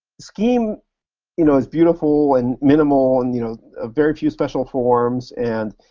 scheme you know is beautiful and minimal and you know ah very few special forms and